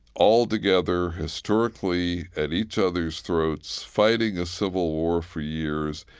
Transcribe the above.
all together historically at each other's throats, fighting a civil war for years,